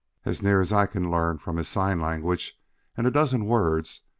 as near as i can learn from his sign language and a dozen words,